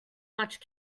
much